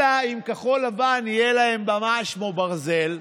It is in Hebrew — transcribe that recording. אלא אם כחול לבן, יהיה להם במה שמו ברזל,